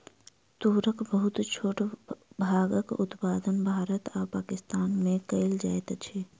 तूरक बहुत छोट भागक उत्पादन भारत आ पाकिस्तान में कएल जाइत अछि